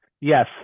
Yes